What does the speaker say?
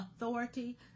authority